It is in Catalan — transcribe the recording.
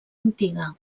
antiga